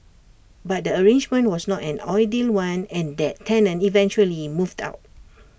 but the arrangement was not an ideal one and that tenant eventually moved out